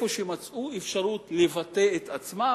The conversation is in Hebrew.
מצאו שם אפשרות לבטא את עצמם.